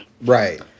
Right